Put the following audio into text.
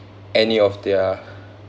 any of their